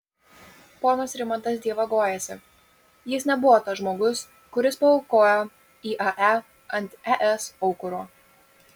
ponas rimantas dievagojasi jis nebuvo tas žmogus kuris paaukojo iae ant es aukuro